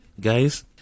guys